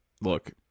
Look